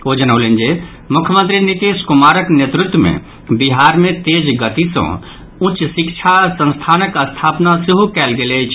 ओ जनौलनि जे मुख्यमंत्री नीतीश कुमारक नेतृत्व मे बिहार मे तेज गति सँ उच्च शिक्षा संस्थानक स्थापना सेहो कयल गेल अछि